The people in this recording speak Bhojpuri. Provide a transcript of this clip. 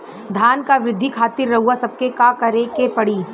धान क वृद्धि खातिर रउआ सबके का करे के पड़ी?